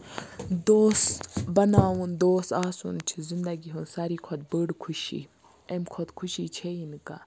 دوس بناوُن دوس آسُن چھِ زندگی ہٕنز ساروی کھۄتہٕ بٔڑ خوشی اَمہِ کھۄتہٕ خوشی چھےٚ یی نہٕ کانہہ